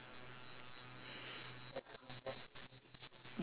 um the producers the original producers are gonna participate in it